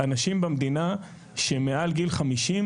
אנשים במדינה שהם מעל גיל חמישים,